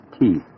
teeth